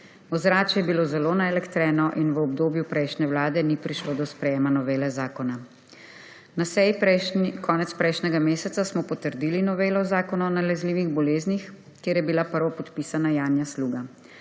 Ozračje je bilo zelo naelektreno in v obdobju prejšnje vlade ni prišlo do sprejetja novele zakona. Na seji konec prejšnjega meseca smo potrdili novelo Zakona o nalezljivih boleznih, kjer je bila prvopodpisana Janja Sluga.